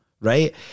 right